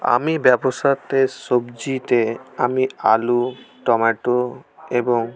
আমি ব্যবসাতে সবজিতে আমি আলু টম্যাটো এবং